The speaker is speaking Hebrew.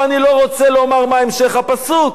ואני לא רוצה לומר מה המשך הפסוק,